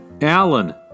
Alan